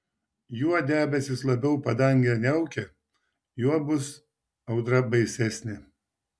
juo debesys labiau padangę niaukia juo bus audra baisesnė